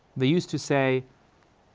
they used to say,